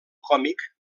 còmic